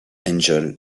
angel